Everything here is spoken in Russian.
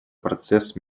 процесс